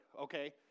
okay